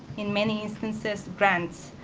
in many instances, grants,